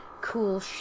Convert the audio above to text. cool